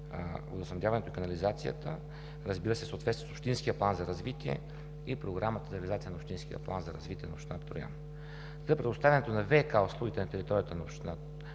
водоснабдяването и канализацията в съответствие с общинския план за развитие и Програмата за реализация на общинския план за развитие на община Троян. За предоставянето на ВиК услугите на територията на община Троян